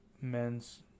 men's